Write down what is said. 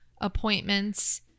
appointments